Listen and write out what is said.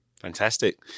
Fantastic